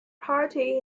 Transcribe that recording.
party